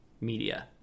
media